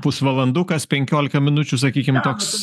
pusvalandukas penkiolika minučių sakykim toks